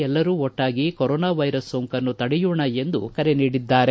ಎಲ್ಲರೂ ಒಟ್ಟಾಗಿ corona virus ಸೋಂಕನ್ನು ತಡೆಯೋಣ ಎಂದು ಕರೆ ನೀಡಿದ್ದಾರೆ